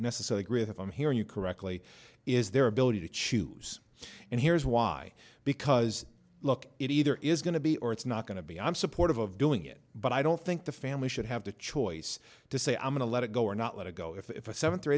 necessarily agree with if i'm hearing you correctly is their ability to choose and here's why because look it either is going to be or it's not going to be i'm supportive of doing it but i don't think the family should have the choice to say i'm going to let it go or not let it go if a seventh or